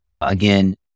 Again